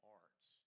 arts